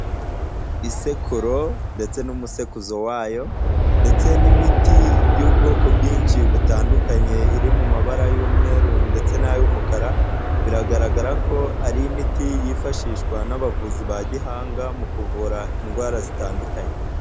Isekururo ndetse n'umusekuzo wayo ndetse n'imiti y'ubwoko bwinshi butandukanye iri mu mabara y'umweru ndetse n'ay'umukara, biragaragara ko ari imiti yifashishwa n'abavuzi ba gihanga mu kuvura indwara zitandukanye.